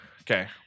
Okay